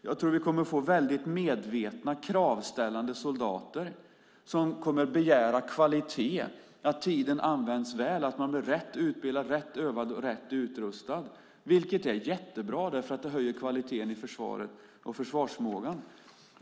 Jag tror att vi kommer att få väldigt medvetna och kravställande soldater som kommer att begära kvalitet, begära att tiden används väl, att man blir rätt utbildad, rätt övad och rätt utrustad, vilket är jättebra därför att det höjer kvaliteten i försvaret och försvarsförmågan.